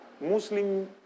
Muslim